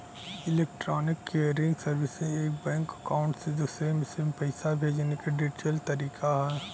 electronic clearing services एक bank account से दूसरे में पैसे भेजने का डिजिटल तरीका है